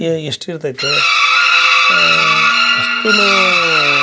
ಎಷ್ಟು ಇರ್ತೈತೋ ಅಷ್ಟುನೂ